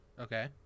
okay